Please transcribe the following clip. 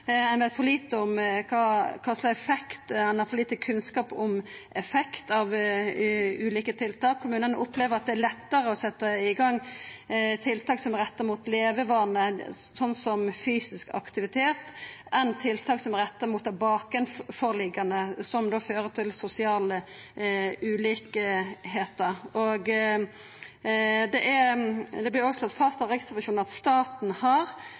Ein har for lite kunnskap om effekten av ulike tiltak, men ein opplever at det er lettare å setja i gang tiltak som er retta mot levevanar, slik som fysisk aktivitet, enn tiltak som er retta mot det bakanforliggjande, som då fører til sosial ulikskap. Det vert òg slått fast av Riksrevisjonen at staten har